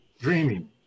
Dreaming